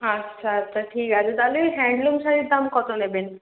আচ্ছা আচ্ছা ঠিক আছে তালে ঐ হ্যান্ডলুম শাড়ির দাম কত নেবেন